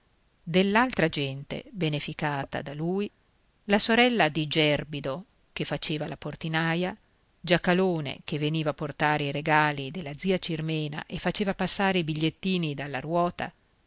dell'altra gente beneficata da lui la sorella di gerbido che faceva la portinaia giacalone che veniva a portare i regali della zia cirmena e faceva passare i bigliettini dalla ruota